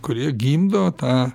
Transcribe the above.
kurie gimdo tą